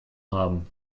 haben